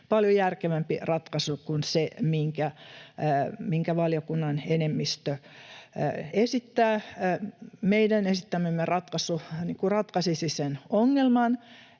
paljon järkevämpi ratkaisu kuin se, minkä valiokunnan enemmistö esittää. Meidän esittämämme ratkaisu ratkaisisi sen ongelman